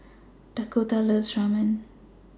Dakotah loves Ramen